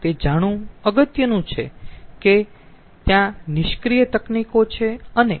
તેથી તે જાણવું અગત્યનું છે કે ત્યાં નિષ્ક્રીય તકનીકો છે અને